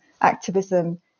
activism